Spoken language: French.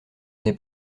n’ai